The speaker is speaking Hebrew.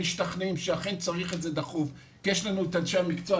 משתכנעים שאכן צריך את זה דחוף כי יש לנו את אנשי המקצוע,